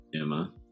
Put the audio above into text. Emma